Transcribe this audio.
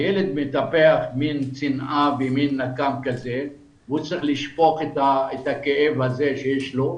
הילד מטפח שנאה ונקם והוא צריך לשפוך את הכאב שיש לו,